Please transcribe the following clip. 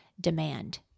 Demand